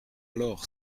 alors